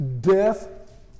Death